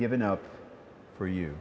given up for you